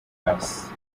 areas